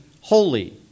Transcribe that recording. holy